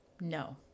No